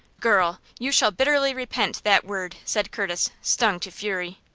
girl, you shall bitterly repent that word! said curtis, stung to fury.